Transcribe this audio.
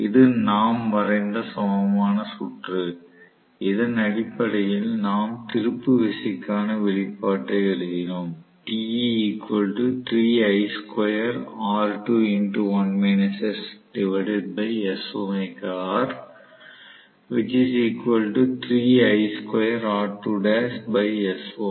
இது நாம் வரைந்த சமமான சுற்று இதன் அடிப்படையில் நாம் திருப்பு விசைக்கான வெளிப்பாட்டை எழுதினோம்